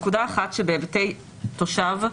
אחת, בהיבטי תושב,